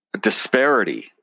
disparity